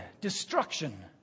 destruction